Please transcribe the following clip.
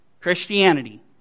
Christianity